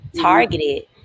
targeted